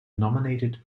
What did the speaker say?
nominated